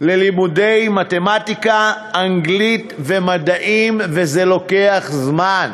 ללימודי מתמטיקה, אנגלית ומדעים, וזה לוקח זמן.